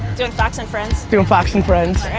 doing fox and friends. doing fox and friends.